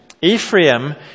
Ephraim